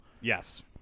Yes